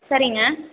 சரிங்க